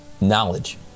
knowledge